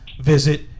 visit